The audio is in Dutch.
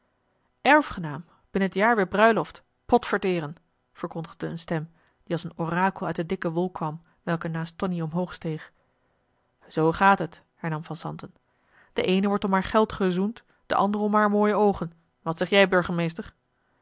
erfgenaam binnen t jaar weer bruiloft potverteren verkondigde een stem die als een orakel uit de dikke wolk kwam welke naast tonie omhoog steeg zoo gaat het hernam van zanten de eene wordt om haar geld gezoend de andere om haar mooie oogen wat zeg jij burgemeester